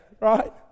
right